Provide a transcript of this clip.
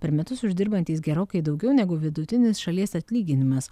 per metus uždirbantys gerokai daugiau negu vidutinis šalies atlyginimas